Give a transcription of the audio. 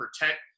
protect